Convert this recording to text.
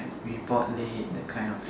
report late that kind of thing